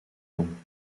kom